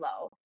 low